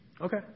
Okay